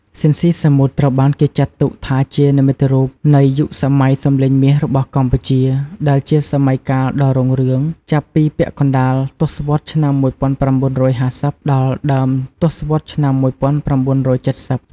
ស៊ីន ស៊ីសាមុត ត្រូវបានគេចាត់ទុកថាជានិមិត្តរូបនៃ យុគសម័យសំលេងមាស របស់កម្ពុជា ដែលជាសម័យកាលដ៏រុងរឿងចាប់ពីពាក់កណ្ដាលទសវត្សរ៍ឆ្នាំ ១៩៥០ ដល់ដើមទសវត្សរ៍ឆ្នាំ ១៩៧០ ។